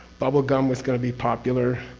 bubblegum was going to be popular.